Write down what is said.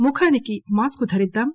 ముఖానికి మాస్కు ధరిద్దాం